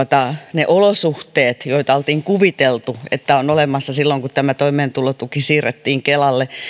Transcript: ne olosuhteet joista oltiin kuviteltu että niitä on olemassa silloin kun toimeentulotuki siirretään kelalle